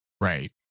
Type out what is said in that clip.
Right